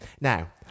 now